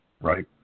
right